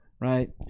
right